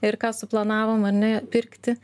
ir ką suplanavom ar ne pirkti